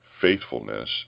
faithfulness